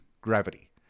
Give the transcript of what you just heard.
gravity